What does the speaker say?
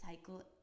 cycle